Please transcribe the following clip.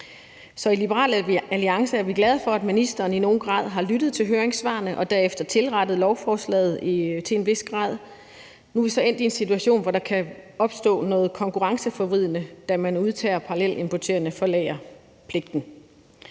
Så i Liberal Alliance er vi glade for, at ministeren i nogen grad har lyttet til høringssvarene og derefter tilrettet lovforslaget til en vis grad. Nu er vi så endt i en situation, hvor der kan opstå noget konkurrenceforvridning, da man undtager parallelimporterende fra lagerpligten.